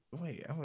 wait